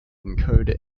encode